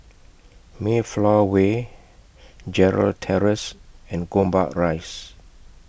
Mayflower Way Gerald Terrace and Gombak Rise